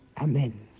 Amen